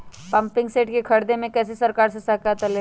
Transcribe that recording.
Pumping set के ख़रीदे मे कैसे सरकार से सहायता ले?